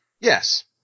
Yes